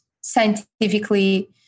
scientifically